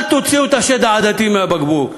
אל תוציאו את השד העדתי מהבקבוק.